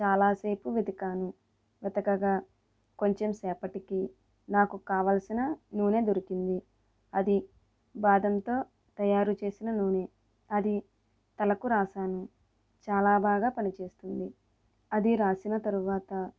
చాలాసేపు వెతికాను వెతకగా కొంచెం సేపటికి నాకు కావలసిన నూనె దొరికింది అది బాదంతో తయారుచేసిన నూనె అది తలకు రాశాను చాలా బాగా పనిచేస్తుంది అది రాసిన తరువాత